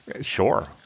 Sure